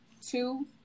two